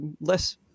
less